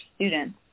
students